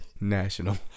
National